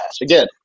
Again